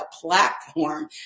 platform